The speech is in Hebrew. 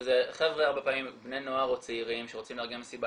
שהרבה פעמים זה חבר'ה בני נוער או צעירים שרוצים לארגן מסיבה